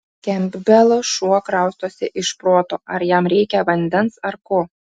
kempbelo šuo kraustosi iš proto ar jam reikia vandens ar ko